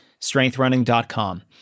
strengthrunning.com